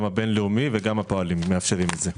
גם הבינלאומי וגם הפועלים מאפשרים את זה.